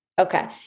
Okay